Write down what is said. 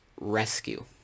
rescue